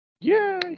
Yay